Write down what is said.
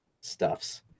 stuffs